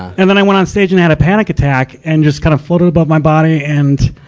and then i went on stage and had a panic attack, and just kind of floated above my body and,